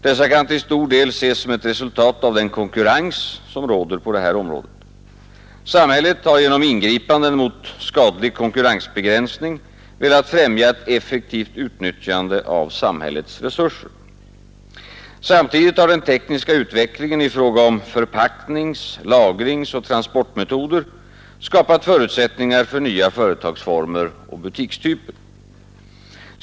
Dessa kan till stor del ses som ett resultat av den konkurrens, som råder på detta område. Samhället har genom ingripanden mot skadlig konkurrensbegränsning velat främja ett effektivt utnyttjande av sina resurser. Samtidigt har den tekniska utvecklingen i att förbättra servicen genom närbutiker fråga om förpacknings-, lagringsoch transportmetoder skapat förutsättningar för nya företagsformer och butikstyper.